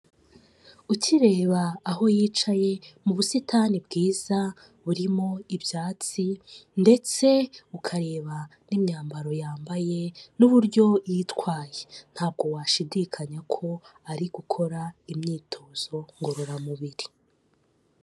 Ukireba aho yicaye mu busitani bwiza burimo ibyatsi ndetse ukareba n'imyambaro yambaye n'uburyo yitwaye, ntabwo washidikanya ko ari gukora imyitozo ngororamubiri.